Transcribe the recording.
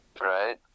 Right